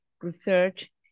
research